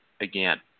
again